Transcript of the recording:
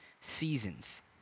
seasons